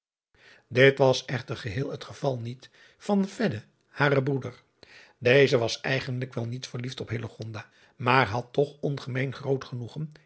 it was echter geheel het geval niet van haren broeder eze was eigenlijk wel niet verliefd op maar had toch ongemeen groot genoegen